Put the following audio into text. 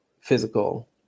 physical